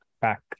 back